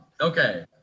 Okay